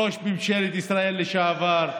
ראש ממשלת ישראל לשעבר,